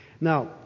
Now